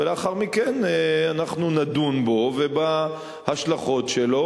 ולאחר מכן אנחנו נדון בו ובהשלכות שלו.